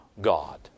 God